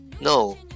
No